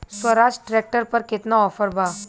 Swaraj tractor पर केतना offer बा?